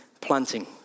planting